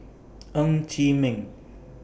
Ng Chee Meng